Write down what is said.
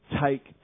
take